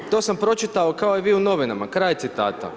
To sam pročitao kao i vi u novinama.“ kraj citata.